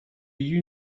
you